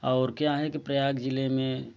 और क्या है कि प्रयाग ज़िले में